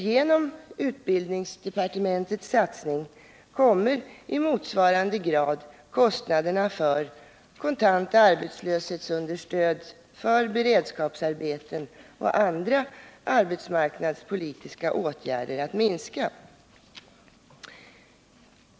Genom utbildningsdepartementets satsning kommer i motsvarande grad kostnaderna för kontant arbetslöshetsunderstöd, beredskapsarbeten och andra arbetsmarknadspolitiska åtgärder att minska.